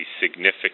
significant